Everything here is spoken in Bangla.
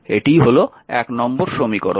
এটি হল নম্বর সমীকরণ